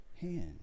hand